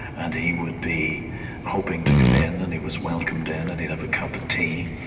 and he would be hoping to come in, and he was welcomed in, and he'd have a cup of tea,